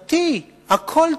פרטי, הכול טוב,